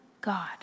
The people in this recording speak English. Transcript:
God